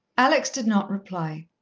alex did not reply.